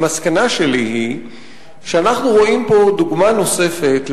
המסקנה שלי היא שאנחנו רואים פה דוגמה נוספת,